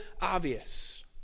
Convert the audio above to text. obvious